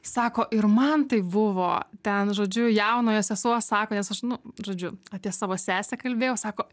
sako ir man taip buvo ten žodžiu jaunojo sesuo sako nes aš nu žodžiu apie savo sesę kalbėjau sako